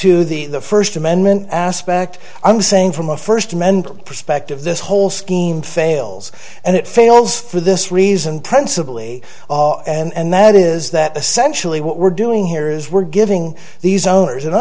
to the first amendment aspect i'm saying from a first amendment perspective this whole scheme fails and it fails for this reason principal a and that is that essentially what we're doing here is we're giving these owners and